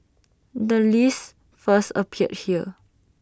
the list first appeared here